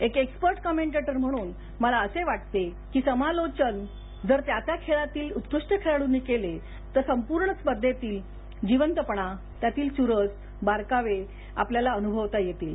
एक expert commentator म्हणून मला असे वाटते जर समालोचन त्या त्या खेळातील उत्कृष्ट खेळाडूंनी केले तर संपूर्ण स्पर्धेतील जिवंतपणा चुरस बारकावे आपल्याला अनुभवता येतील